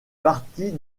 partie